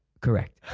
correct